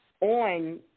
on